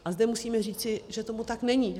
A zde musím říci, že tomu tak není.